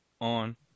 on